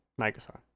microsoft